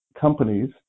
companies